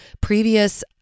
previous